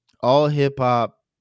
all-hip-hop